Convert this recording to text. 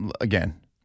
again